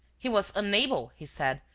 he was unable, he said,